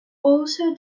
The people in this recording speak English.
also